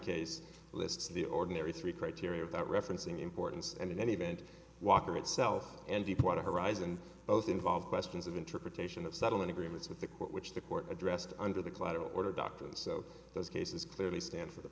case lists the ordinary three criteria of that referencing importance and in any event walker itself and deepwater horizon both involve questions of interpretation of settlement agreements with the court which the court addressed under the collateral order doctor so those cases clearly stand for the